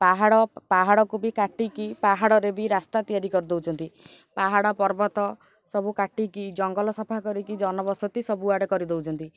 ପାହାଡ଼ ପାହାଡ଼କୁ ବି କାଟିକି ପାହାଡ଼ରେ ବି ରାସ୍ତା ତିଆରି କରିଦେଉଛନ୍ତି ପାହାଡ଼ ପର୍ବତ ସବୁ କାଟିକି ଜଙ୍ଗଲ ସଫା କରିକି ଜନବସତି ସବୁଆଡ଼େ କରିଦେଉଛନ୍ତି